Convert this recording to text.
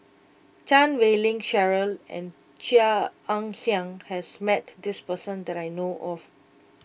Chan Wei Ling Cheryl and Chia Ann Siang has met this person that I know of